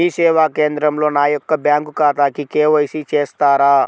మీ సేవా కేంద్రంలో నా యొక్క బ్యాంకు ఖాతాకి కే.వై.సి చేస్తారా?